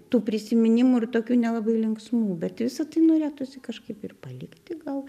tų prisiminimų ir tokių nelabai linksmų bet visa tai norėtųsi kažkaip ir palikti gal